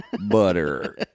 butter